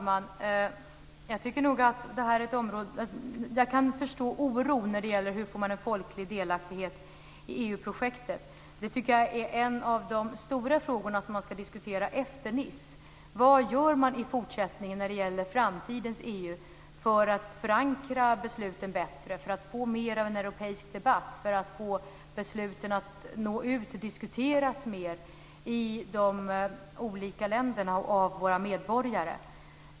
Fru talman! Jag kan förstå oron när det gäller hur man ska få en folklig delaktighet i EU-projektet. Det tycker jag är en av de stora frågorna som man ska diskutera efter mötet i Nice. Vad gör man i fortsättningen när det gäller framtidens EU för att förankra besluten bättre, för att få mer av en europeisk debatt, för att få besluten att nå ut och diskuteras mer i de olika länderna av våra medborgare?